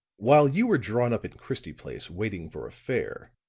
while you were drawn up in christie place, waiting for a fare,